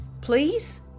Please